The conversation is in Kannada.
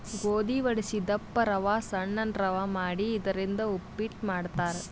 ಗೋಧಿ ವಡಸಿ ದಪ್ಪ ರವಾ ಸಣ್ಣನ್ ರವಾ ಮಾಡಿ ಇದರಿಂದ ಉಪ್ಪಿಟ್ ಮಾಡ್ತಾರ್